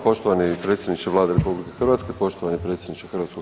Poštovani predsjedniče Vlade RH, poštovani predsjedniče HS.